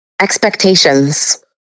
Expectations